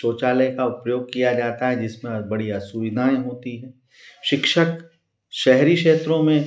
शौचालय का उपयोग किया जाता है जिसमें बड़ी असुविधाएँ होती हैं शिक्षक शहरी क्षेत्रों में